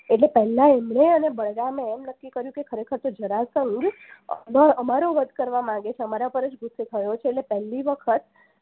એટલે પહેલાં એમણે અને બલરામે એમ નક્કી કર્યું કે ખરેખર તો જરાસંઘ ને અમારો વધ કરવા માંગે છે અમારા પર જ ગુસ્સે થયો છે ને પહેલી વખત